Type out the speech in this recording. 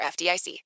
FDIC